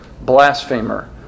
blasphemer